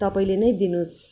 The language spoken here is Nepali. तपाईँले नै दिनुहोस्